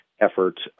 efforts